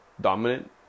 dominant